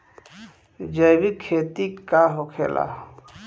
जैविक खेती का होखेला?